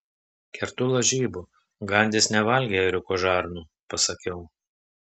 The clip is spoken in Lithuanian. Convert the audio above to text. kertu lažybų gandis nevalgė ėriuko žarnų pasakiau